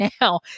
now